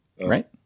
Right